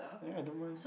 eh I don't mind